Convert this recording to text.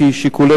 כי שיקולי